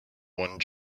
one